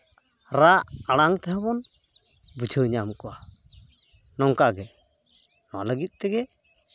ᱨᱟᱜ ᱟᱲᱟᱝ ᱛᱮᱦᱚᱸ ᱵᱚᱱ ᱵᱩᱡᱷᱟᱹᱣ ᱧᱟᱢ ᱠᱚᱣᱟ ᱱᱚᱝᱠᱟᱜᱮ ᱱᱚᱣᱟ ᱞᱟᱹᱜᱤᱫ ᱛᱮᱜᱮ